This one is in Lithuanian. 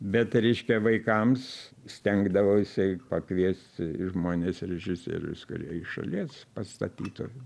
bet reiškia vaikams stengdavausi pakviesti žmones režisierius kurie iš šalies pastatytų